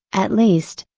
at least,